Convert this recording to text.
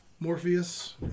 Morpheus